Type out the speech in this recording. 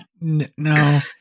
No